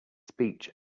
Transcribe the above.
speech